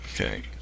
Okay